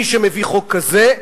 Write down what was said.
מי שמביא חוק כזה,